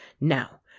Now